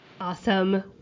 Awesome